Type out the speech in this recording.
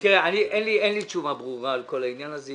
אין לי תשובה ברורה על כל העניין הזה,